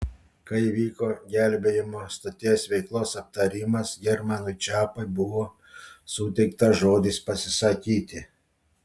kai vyko gelbėjimo stoties veiklos aptarimas germanui čepui buvo suteiktas žodis pasisakyti